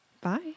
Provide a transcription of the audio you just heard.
Bye